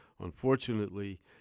unfortunately